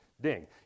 ding